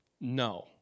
No